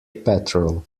petrol